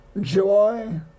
joy